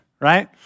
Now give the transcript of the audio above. right